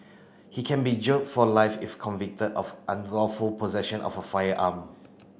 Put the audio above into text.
he can be jailed for life if convicted of unlawful possession of a firearm